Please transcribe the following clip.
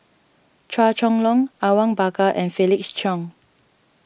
Chua Chong Long Awang Bakar and Felix Cheong